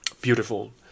beautiful